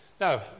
Now